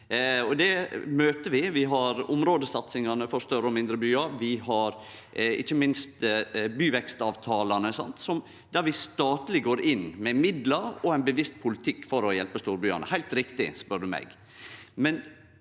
Det møter vi. Vi har områdesatsingane for større og mindre byar, og vi har ikkje minst byvekstavtalane, der vi går inn med statlege midlar og ein bevisst politikk for å hjelpe storbyane – heilt riktig, spør du meg.